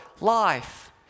life